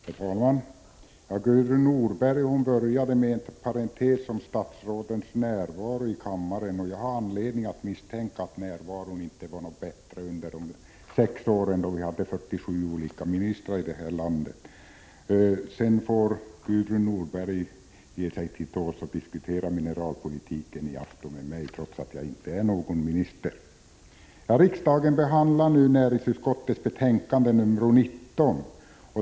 Herr talman! Gudrun Norberg började med en parentes om statsrådens närvaro i kammaren. Jag har anledning att misstänka att närvaron inte var bättre under de sex år då vi hade 47 olika ministrar i det här landet. Sedan får Gudrun Norberg ge sig till tåls och i afton diskutera mineralpolitik med mig, trots att jag inte är någon minister. Herr talman! Riksdagen behandlar nu näringsutskottets betänkande 19.